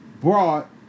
brought